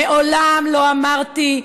מעולם לא אמרתי,